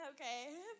Okay